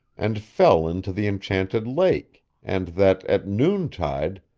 and fell into the enchanted lake, and that, at noontide,